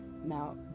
Now